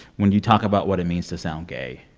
when you talk about what it means to sound gay,